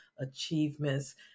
achievements